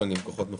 מצוין.